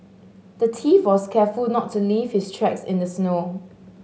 the thief was careful to not leave his tracks in the snow